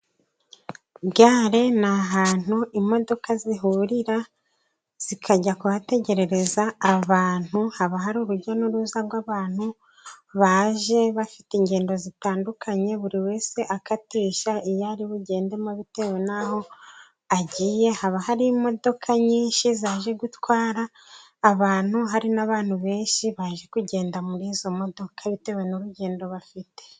Gare ni ahantu imodoka zihurira zikajya kuhategeza abantu, haba hari urujya n'uruza rw'abantu baje bafite ingendo zitandukanye, buri wese akatisha iyo ari bugendemo bitewe n'aho agiye. Haba hari imodoka nyinshi zaje gutwara abantu hari n'abantu benshi baje kugenda muri izo modoka bitewe n'urugendo bafite.